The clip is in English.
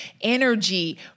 energy